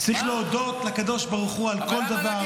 צריך להודות לקדוש ברוך הוא על כל דבר.